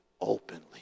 openly